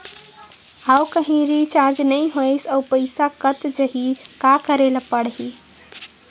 आऊ कहीं रिचार्ज नई होइस आऊ पईसा कत जहीं का करेला पढाही?